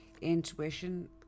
Intuition